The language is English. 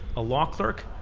a law clerk,